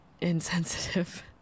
insensitive